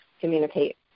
communicate